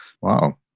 wow